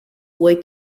way